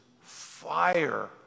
fire